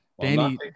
Danny